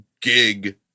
gig